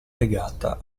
legata